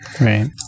right